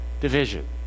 division